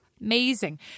amazing